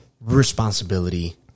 responsibility